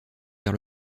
vers